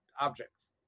objects